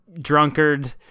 drunkard